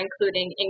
including